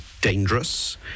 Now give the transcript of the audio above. dangerous